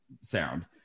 sound